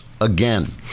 again